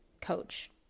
coach